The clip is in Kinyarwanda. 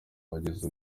wagize